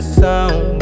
sound